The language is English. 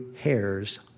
hairs